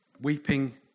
Weeping